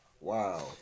Wow